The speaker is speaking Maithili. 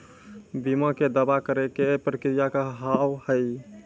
बीमा के दावा करे के प्रक्रिया का हाव हई?